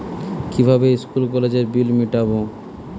কিভাবে স্কুল কলেজের বিল মিটাব?